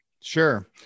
Sure